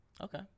Okay